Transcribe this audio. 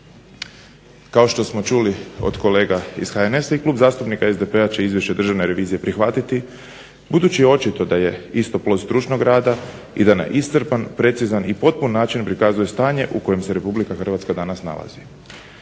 Kao što smo čuli od kolega iz HNS-a i Klub zastupnika SDP-a će Izvješće Državne revizije prihvatiti, budući je očito da je isto plod stručnog rada i da na iscrpan, precizan i potpun način prikazuje stanje u kojem se Republika Hrvatska danas nalazi.